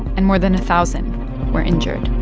and more than a thousand were injured